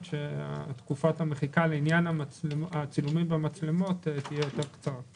שתקופת המחיקה לעניין הצילומים במצלמות תהיה קצרה יותר.